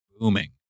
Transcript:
booming